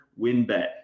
WinBet